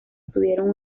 tuvieron